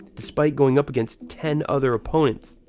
despite going up against ten other opponents.